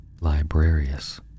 Librarius